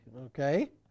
Okay